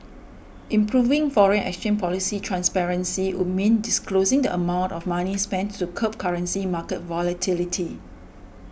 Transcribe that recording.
improving foreign exchange policy transparency would mean disclosing the amount of money spent to curb currency market volatility